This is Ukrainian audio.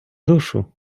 душу